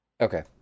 Okay